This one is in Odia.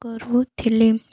କରୁଥିଲି